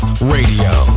Radio